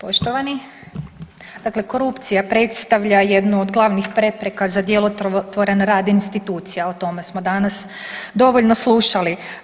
Poštovani, dakle korupcija predstavlja jednu od glavnih prepreka za djelotvoran rad institucija, o tome smo danas dovoljno slušali.